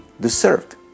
deserved